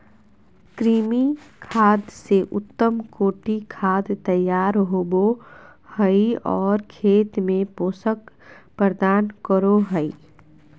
कृमि खाद से उत्तम कोटि खाद तैयार होबो हइ और खेत में पोषक प्रदान करो हइ